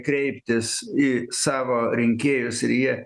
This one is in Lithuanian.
kreiptis į savo rinkėjus ir jie